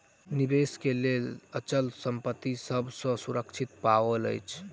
निवेश के लेल अचल संपत्ति सभ सॅ सुरक्षित उपाय अछि